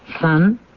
sun